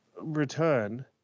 return